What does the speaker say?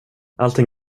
allting